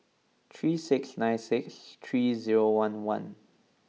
three six nine six three zero one one